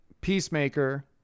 Peacemaker